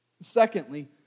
Secondly